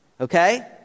okay